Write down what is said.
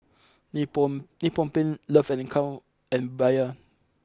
Nippon Nippon Paint Love and Co and Bia